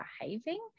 behaving